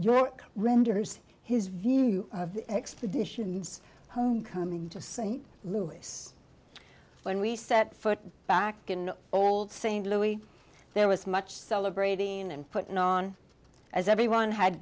your renders his view of the expeditions homecoming to st louis when we set foot back in old st louis there was much celebrating and putting on as everyone had